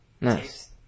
nice